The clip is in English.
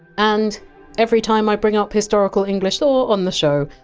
and every time i bring up historical english law on the show,